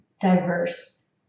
diverse